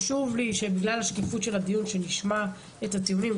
חשוב לי שבגלל השקיפות של הדיון נשמע את הטיעונים,